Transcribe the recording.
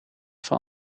van